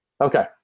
Okay